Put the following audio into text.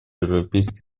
европейский